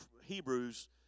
Hebrews